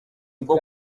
bwo